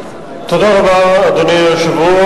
אם אנחנו רוצים באמת לתת העדפה לנשים,